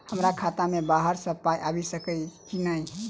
हमरा खाता मे बाहर सऽ पाई आबि सकइय की नहि?